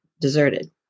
deserted